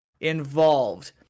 involved